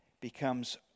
becomes